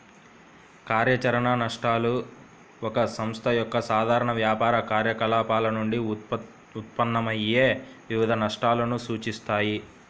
కార్యాచరణ నష్టాలు ఒక సంస్థ యొక్క సాధారణ వ్యాపార కార్యకలాపాల నుండి ఉత్పన్నమయ్యే వివిధ నష్టాలను సూచిస్తాయి